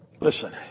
Listen